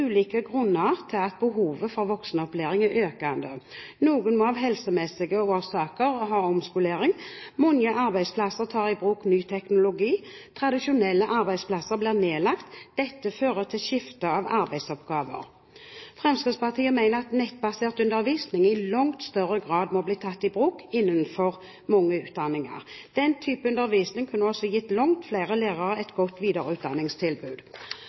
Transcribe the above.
ulike grunner til at behovet for voksenopplæring er økende. Noen må av helsemessige årsaker ha omskolering. Mange arbeidsplasser tar i bruk ny teknologi, tradisjonelle arbeidsplasser blir nedlagt, og dette fører til skifte av arbeidsoppgaver. Fremskrittspartiet mener at nettbasert undervisning i langt større grad må bli tatt i bruk innenfor mange utdanninger. Den typen undervisning kunne også gitt langt flere lærere et godt videreutdanningstilbud.